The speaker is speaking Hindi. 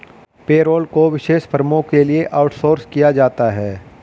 पेरोल को विशेष फर्मों के लिए आउटसोर्स किया जाता है